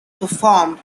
performed